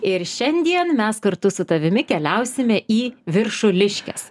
ir šiandien mes kartu su tavimi keliausime į viršuliškes